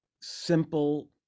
simple